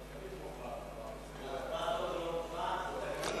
תפסת אותו לא מוכן?